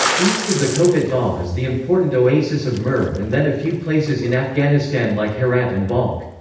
east of the kopet dagh is the important oasis of merv and then a few places in afghanistan like herat and balkh.